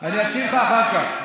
אני אקשיב לך אחר כך,